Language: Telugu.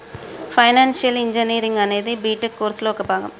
ఫైనాన్షియల్ ఇంజనీరింగ్ అనేది బిటెక్ కోర్సులో ఒక భాగం